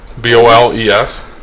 B-O-L-E-S